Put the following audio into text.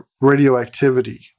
radioactivity